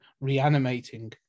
reanimating